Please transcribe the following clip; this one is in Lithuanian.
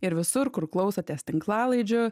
ir visur kur klausotės tinklalaidžių